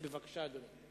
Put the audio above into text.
בבקשה, אדוני.